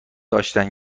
داشتن